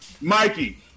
Mikey